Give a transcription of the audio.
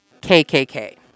KKK